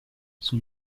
sul